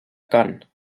cant